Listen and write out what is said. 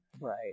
right